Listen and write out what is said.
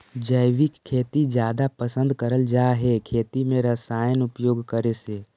जैविक खेती जादा पसंद करल जा हे खेती में रसायन उपयोग करे से